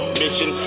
mission